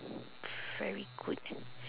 very good